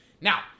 Now